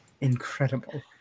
Incredible